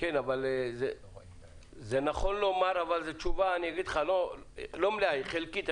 זאת תשובה לא מלאה, היא חלקית.